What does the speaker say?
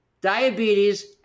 diabetes